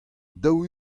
daou